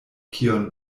kion